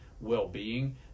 well-being